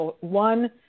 one